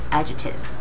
adjective